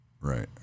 Right